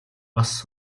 бас